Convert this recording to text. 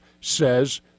says